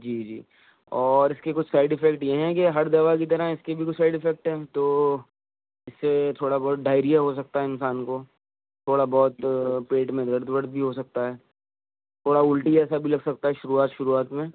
جی جی اور اس کے کچھ سائڈ افیکٹ یہ ہیں کہ ہر دوا کی طرح اس کے بھی کچھ سائڈ افیکٹ ہیں تو اس سے تھوڑا بہت ڈائریا ہو سکتا ہے انسان کو تھوڑا بہت پیٹ میں درد ورد بھی ہو سکتا ہے تھوڑا الٹی جیسا بھی لگ سکتا ہے شروعات شروعات میں